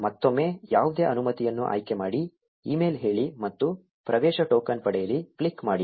ಮತ್ತೊಮ್ಮೆ ಯಾವುದೇ ಅನುಮತಿಯನ್ನು ಆಯ್ಕೆ ಮಾಡಿ ಇಮೇಲ್ ಹೇಳಿ ಮತ್ತು ಪ್ರವೇಶ ಟೋಕನ್ ಪಡೆಯಿರಿ ಕ್ಲಿಕ್ ಮಾಡಿ